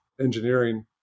engineering